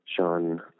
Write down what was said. Sean